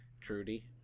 Trudy